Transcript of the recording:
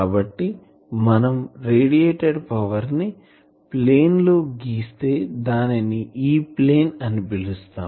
కాబట్టి మనం radiated power ని ప్లేన్ లో గిస్తే దానిని E ప్లేన్ అని పిలుస్తాం